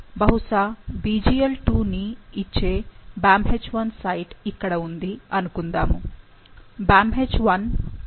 బహుశా BglII ని ఇచ్చే BamHI సైట్ ఇక్కడ ఉంది అనుకుందాము BamHI 0